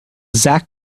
zach